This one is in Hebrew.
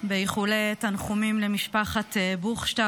באיחולי תנחומים למשפחת בוכשטב.